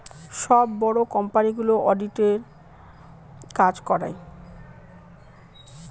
সব বড়ো কোম্পানিগুলো অডিটের কাজ করায়